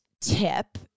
tip